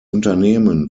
unternehmen